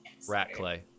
Ratclay